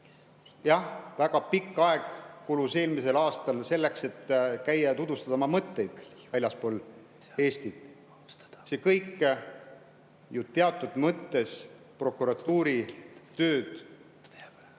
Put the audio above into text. Jah, väga pikk aeg kulus eelmisel aastal selleks, et käia ja tutvustada oma mõtteid väljaspool Eestit. See kõik ju teatud mõttes [mõjutas] prokuratuuri tööd,